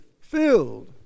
FILLED